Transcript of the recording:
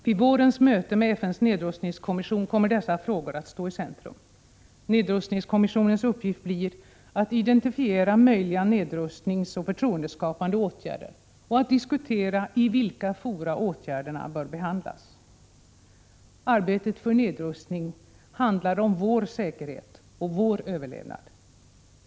Vid vårens möte med FN:s nedrustningskommission kommer dessa frågor att stå i centrum. Nedrustningskommissionens uppgift blir att identifiera möjliga nedrustningsoch förtroendeskapande åtgärder och att diskutera i vilka fora åtgärderna bör behandlas. Arbetet för nedrustning handlar om vår säkerhet och vår överlevnad.